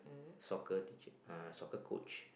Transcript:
soccer teacher uh soccer coach